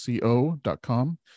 co.com